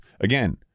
again